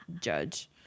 judge